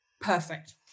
Perfect